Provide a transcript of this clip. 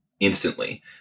instantly